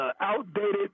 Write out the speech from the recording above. outdated